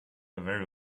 very